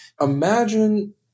Imagine